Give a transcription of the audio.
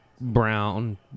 Brown